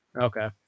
Okay